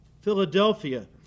Philadelphia